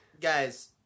guys